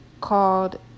called